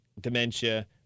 dementia